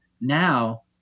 now